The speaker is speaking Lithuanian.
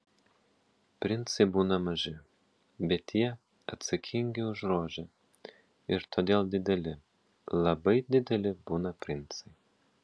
princai būna maži bet jie atsakingi už rožę ir todėl dideli labai dideli būna princai